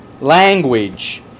Language